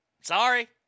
Sorry